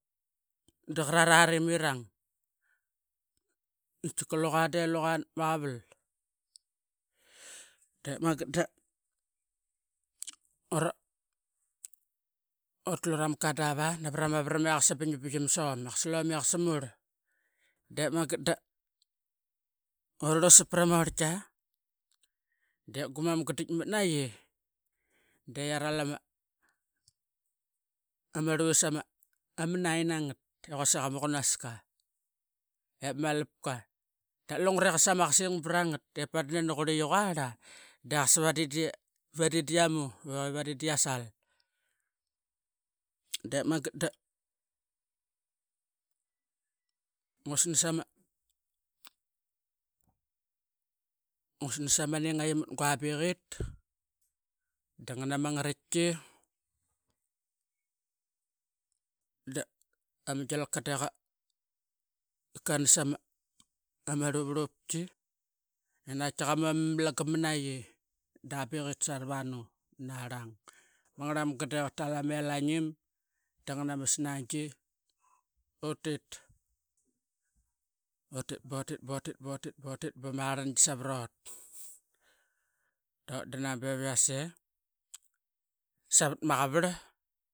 Daqarat arimirang katika luqa nap maqavel dep mangat da ot- otlu rama kada ap prama varam iqasa bingbingin som iqasa. Lome mar de mangat da urusap pora orlki dep gumam ditmatanaqi de yaral ama ruis ama nine ngat dap kuasik ama qunaska ip ma malapka dap lungre ngasa ama brangat ip padi nani quringat quara de qasa vadedi yamu que vanlidia sal. Dep mangat da ngusans ama ningaqi mat gua beqit dangau ama ngiritki qamu ama malanga manaqi da beqit sara vanu na rang mangar mamga deqa tal ama elainim dangan ama sninga utit, utit botit botit botit botit ba ma ringi savaraut dot dana be vi yas ee savat maqarvar.